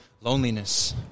Loneliness